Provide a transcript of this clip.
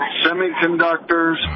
semiconductors